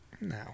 No